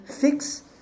fix